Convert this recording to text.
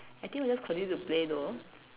I think we'll just continue to play though